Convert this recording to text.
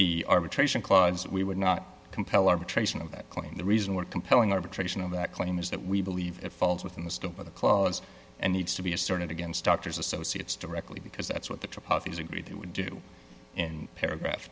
the arbitration clause we would not compel arbitration of that claim the reason we're compelling arbitration on that claim is that we believe it falls within the scope of the clause and needs to be asserted against doctors associates directly because that's what the trial is agreed they would do in paragraph